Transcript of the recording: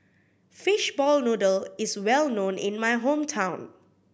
fishball noodle is well known in my hometown